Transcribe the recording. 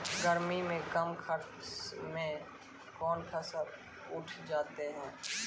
गर्मी मे कम खर्च मे कौन फसल उठ जाते हैं?